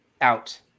out